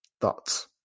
thoughts